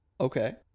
okay